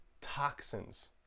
toxins